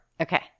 okay